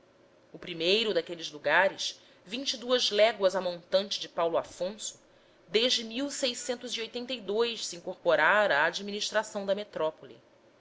o primeiro daqueles lugares vinte e duas léguas a montante de paulo afonso desde se incorporara à administração da metrópole